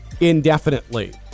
indefinitely